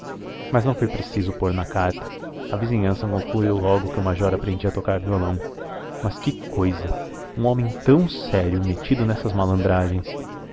mais não foi preciso pôr na carta a vizinhança concluiu logo que o major aprendia a tocar violão mas que cousa um homem tão sério metido nessas malandragens